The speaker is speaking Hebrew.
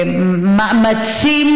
מאמצים,